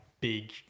big